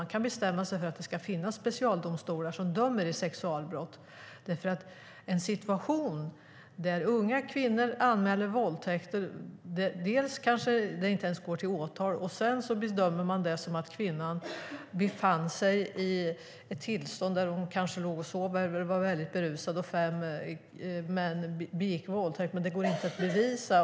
Vi kan bestämma oss för att det ska finnas specialdomstolar som dömer i sexualbrott. I dag har vi en situation där unga kvinnor anmäler våldtäkter, och det kanske inte ens går till åtal. Man kanske bedömer det som att kvinnan befann sig i ett tillstånd där hon låg och sov eller var väldigt berusad och fem män begick våldtäkt, men det går inte att bevisa.